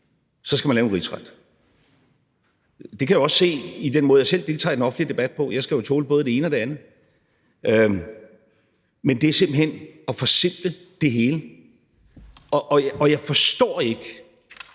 skal man anlægge en rigsretssag. Det kan jeg også se i den måde, jeg selv deltager i den offentlige debat på. Jeg skal jo tåle både det ene og det andet. Men det er simpelt hen at forsimple det hele, og jeg forstår ikke,